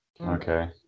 Okay